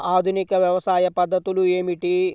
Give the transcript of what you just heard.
ఆధునిక వ్యవసాయ పద్ధతులు ఏమిటి?